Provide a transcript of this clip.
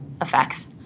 effects